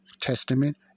Testament